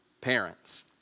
parents